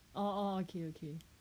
oh oh okay okay